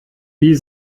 wie